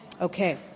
Okay